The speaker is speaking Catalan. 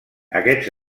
aquests